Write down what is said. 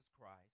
Christ